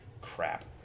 Crap